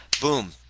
boom